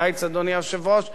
אדוני היושב-ראש,